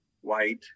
white